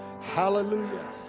Hallelujah